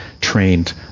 trained